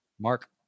Mark